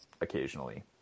occasionally